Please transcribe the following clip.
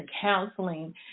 counseling